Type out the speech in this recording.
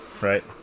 right